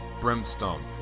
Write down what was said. brimstone